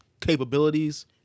capabilities